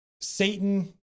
Satan